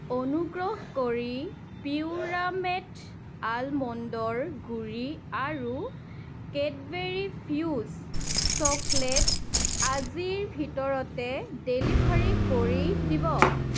অনুগ্ৰহ কৰি পিউৰামেট আলমণ্ডৰ গুড়ি আৰু কেডবেৰী ফিউজ চকলেট আজিৰ ভিতৰতে ডেলিভাৰী কৰি দিব